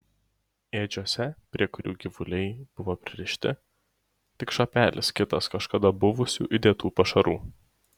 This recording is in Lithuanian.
ėdžiose prie kurių gyvuliai buvo pririšti tik šapelis kitas kažkada buvusių įdėtų pašarų